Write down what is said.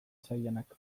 zailenak